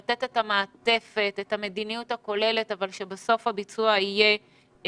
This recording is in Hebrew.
לתת את המעטפת את המדיניות הכוללת אבל שבסוף הביצוע יהיה שם,